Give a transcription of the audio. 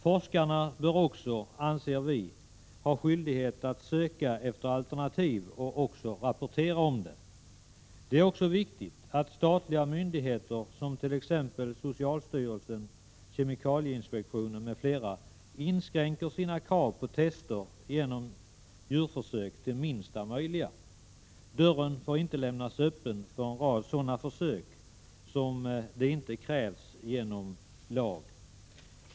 Forskarna bör också, anser vi, ha skyldighet att söka efter alternativ och rapportera om dem. Det är också viktigt att statliga myndigheter, t.ex. socialstyrelsen, kemikalieinspektionen m.fl., inskränker sina krav på tester på djur till minsta möjliga. Dörren får inte lämnas öppen för en rad sådana försök om sådana inte krävs genom lag.